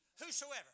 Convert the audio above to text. whosoever